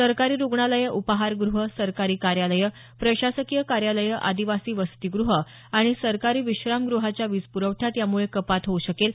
सरकारी रुग्णालयं उपाहारग्रहं सरकारी कार्यालयं प्रशासकीय कार्यालयं अदिवासी वसतीगृहं आणि सरकारी विश्रामगृहाच्या वीज्पुरवठ्यात यामुळे कपात होऊ शकेल